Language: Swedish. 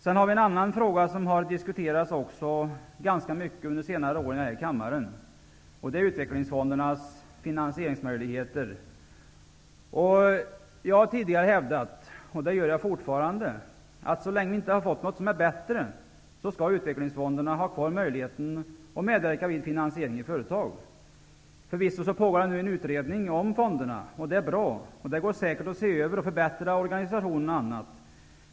En annan fråga som också har diskuterats ganska mycket under senare år här i kammaren är utvecklingsfondernas finansieringsmöjligheter. Jag har tidigare hävdat och jag gör det fortfarande, att så länge vi inte har fått något som är bättre så skall utvecklingsfonderna ha kvar möjligheten att medverka vid finansiering i företag. Förvisso pågår nu en utredning om fonderna, vilket är bra. Det går säkert att se över och förbättra både organisation och annat.